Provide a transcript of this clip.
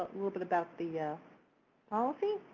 a little bit about the policy.